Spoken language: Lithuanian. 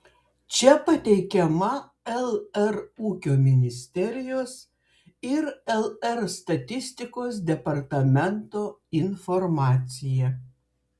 čia pateikiama lr ūkio ministerijos ir lr statistikos departamento informacija